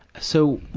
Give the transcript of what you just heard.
so,